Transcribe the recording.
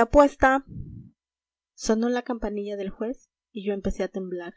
apuesta sonó la campanilla del juez y yo empecé a temblar